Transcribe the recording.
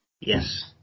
Yes